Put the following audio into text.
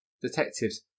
Detectives